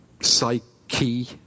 psyche